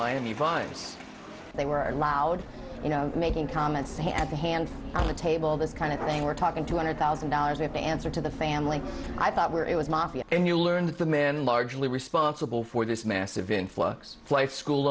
finds they were allowed you know making comments at the hand on the table this kind of thing we're talking two hundred thousand dollars if the answer to the family i thought were it was mafia and you learn that the man largely responsible for this massive influx flight school